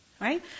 right